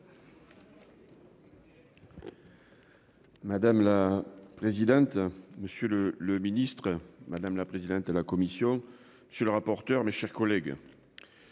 Madame la présidente. Monsieur le. Le ministre madame la présidente de la commission. Je suis le rapporteur, mes chers collègues.